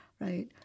right